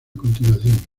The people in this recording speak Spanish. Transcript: continuación